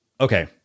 okay